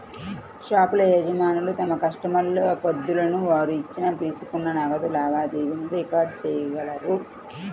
shop యజమానులు తమ కస్టమర్ల పద్దులను, వారు ఇచ్చిన, తీసుకున్న నగదు లావాదేవీలను రికార్డ్ చేయగలరు